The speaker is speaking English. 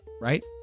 right